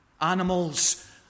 Animals